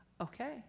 Okay